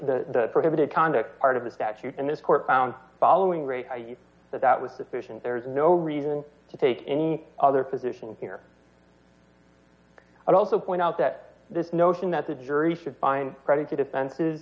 the prohibited conduct part of the statute in this court found following rate that was deficient there's no reason to take any other position here i'd also point out that this notion that the jury should find ready to defend is